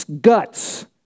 guts